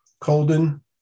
Colden